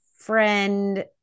friend